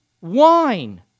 wine